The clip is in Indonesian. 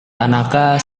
tanaka